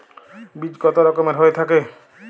বীজ কত রকমের হয়ে থাকে?